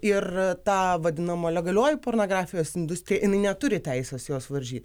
ir ta vadinama legalioji pornografijos industrija neturi teisės jos varžyt